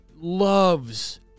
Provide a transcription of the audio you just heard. loves